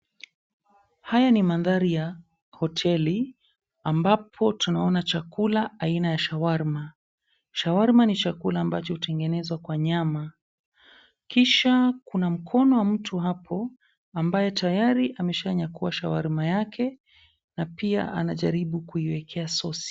Haya ni maadhari ya hoteli ambapo tunaona chakula aina ya shawarma. Shawarma ni chakula ambacho hutengenezwa kwa nyama, kisha kuna mkono wa mtu hapo ambae ashanyakua shawarma yake na pia anajaribu kuiwekea sauce .